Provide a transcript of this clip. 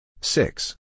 six